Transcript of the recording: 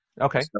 Okay